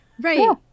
right